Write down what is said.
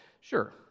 sure